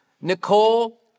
Nicole